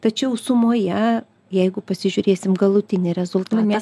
tačiau sumoje jeigu pasižiūrėsim galutinį rezultatą mes ne visi